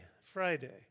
Friday